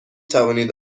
توانید